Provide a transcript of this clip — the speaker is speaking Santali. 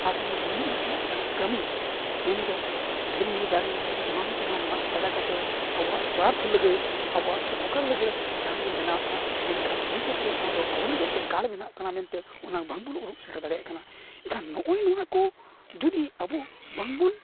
ᱟᱨ ᱵᱟᱝᱟ ᱢᱟᱱᱢᱤ ᱦᱚᱯᱚᱱᱟᱜ ᱡᱟᱦᱟᱸ ᱠᱟᱹᱢᱤ ᱢᱮᱱᱫᱚ ᱫᱷᱤᱨᱤ ᱫᱟᱨᱮ ᱮᱢᱟᱱᱼᱛᱮᱢᱟᱱ ᱢᱟᱜ ᱯᱷᱟᱫᱟ ᱠᱟᱛᱮᱫ ᱟᱵᱚᱣᱟᱜ ᱥᱟᱨᱛᱷᱚ ᱞᱟᱹᱜᱤᱫ ᱟᱵᱚᱣᱟᱜ ᱩᱯᱚᱠᱟᱨ ᱞᱟᱹᱜᱤᱫ ᱡᱟᱦᱟᱸ ᱵᱚᱱ ᱵᱮᱱᱟᱣᱮᱫᱼᱟ ᱢᱮᱱᱠᱷᱟᱱ ᱵᱷᱚᱵᱤᱥᱥᱚᱛ ᱨᱮ ᱚᱱᱟᱫᱚ ᱟᱵᱚ ᱞᱟᱹᱜᱤᱫ ᱛᱮ ᱠᱟᱞ ᱵᱮᱱᱟᱜ ᱠᱟᱱᱟ ᱢᱮᱱᱛᱮ ᱚᱱᱟ ᱵᱟᱝ ᱵᱚᱱ ᱩᱨᱩᱢ ᱥᱮᱴᱮᱨ ᱫᱟᱲᱮᱭᱟᱜ ᱠᱟᱱᱟ ᱮᱱᱠᱷᱟᱱ ᱱᱚᱜᱼᱚᱭ ᱱᱚᱣᱟ ᱠᱚ ᱡᱩᱫᱤ ᱟᱵᱚ ᱵᱟᱝᱵᱚᱱ